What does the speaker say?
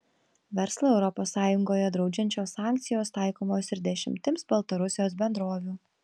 verslą europos sąjungoje draudžiančios sankcijos taikomos ir dešimtims baltarusijos bendrovių